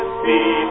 see